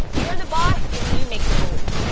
you are the boss and you make the rules.